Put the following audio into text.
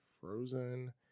Frozen